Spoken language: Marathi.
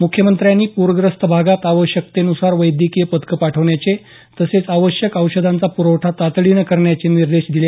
मुख्यमंत्र्यांनी पूरग्रस्त भागात आवश्यकतेन्सार वैद्यकीय पथक पाठवण्याचे तसंच आवश्यक औषधांचा प्रवठा तातडीनं करण्याचे निर्देश दिले